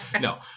no